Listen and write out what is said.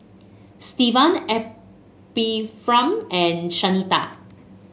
Stevan Ephraim and Shanita